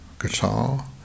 guitar